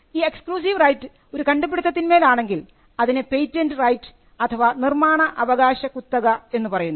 ഈ exclusive right ഒരു കണ്ടുപിടിത്തത്തിൽമേൽ ആണെങ്കിൽ അതിനെ പെയ്റ്റൻറ് റൈറ്റ് നിർമ്മാണ അവകാശ കുത്തക എന്നു പറയുന്നു